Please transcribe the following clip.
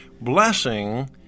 Blessing